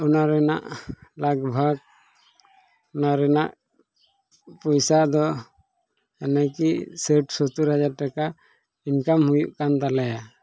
ᱚᱱᱟ ᱨᱮᱱᱟᱜ ᱞᱟᱜᱽᱼᱵᱷᱟᱜᱽ ᱚᱱᱟ ᱨᱮᱱᱟᱜ ᱯᱚᱭᱥᱟ ᱫᱚ ᱢᱟᱱᱮ ᱠᱤ ᱥᱟᱴ ᱥᱳᱛᱛᱳᱨ ᱦᱟᱡᱟᱨ ᱴᱟᱠᱟ ᱤᱱᱠᱟᱢ ᱦᱩᱭᱩᱜ ᱠᱟᱱ ᱛᱟᱞᱮᱭᱟ